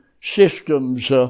systems